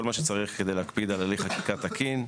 מה שצריך כדי להקפיד על הליך חקיקה תקין.